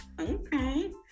Okay